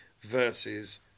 versus